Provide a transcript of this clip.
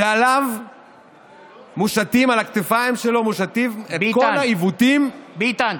ועל הכתפיים שלו מושתים כל העיוותים, ביטן.